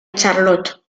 charlot